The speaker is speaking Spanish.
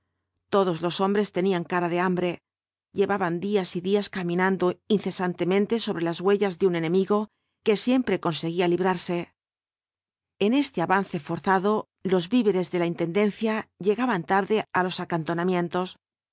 todos los hombres tenían cara de hambre llevaban días y días caminando incesantemente sobre v blasco ibáñbiz las huellas de un enemigo que siempre conseg uía librarse en este avance forzado los víveres de la intendencia llegaban tarde á los